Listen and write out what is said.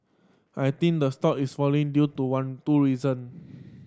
I think the stock is falling due to one two reason